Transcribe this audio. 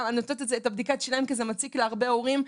אני נותנת את זה כדוגמה כי זה מציק להרבה הורים.